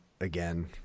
again